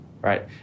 right